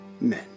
men